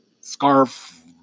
scarf